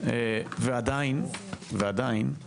ועדיין אני